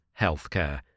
healthcare